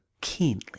keenly